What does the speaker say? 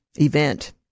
event